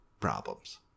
problems